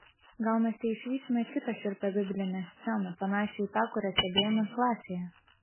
gal mes teišvysime kitą šiurpią biblinę sceną panašią į tą kurią stebėjome klasėje